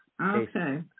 Okay